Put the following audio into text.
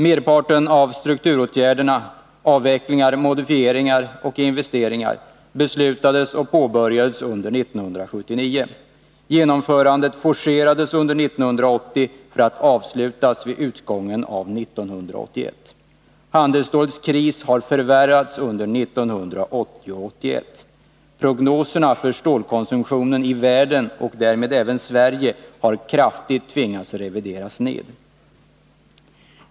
Merparten av strukturåtgärderna — avvecklingar, modifieringar och investeringar — beslutades och påbörjades under 1979. Genomförandet forcerades under 1980 för att avslutas vid utgången av 1981. Handelsstålets kris har förvärrats under 1980 och 1981. Prognoserna för stålkonsumtionen i världen och därmed även i Sverige har kraftigt reviderats nedåt.